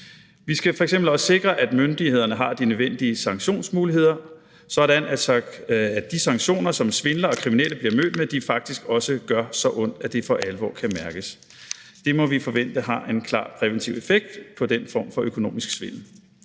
Vi skal f.eks. også sikre, at myndighederne har de nødvendige sanktionsmuligheder, sådan at de sanktioner, som svindlere og kriminelle bliver mødt med, faktisk også gør så ondt, at det for alvor kan mærkes. Det må vi forvente har en klar præventiv effekt på den form for økonomisk svindel.